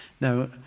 now